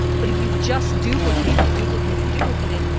but if you've just duplicated, duplicated, duplicated,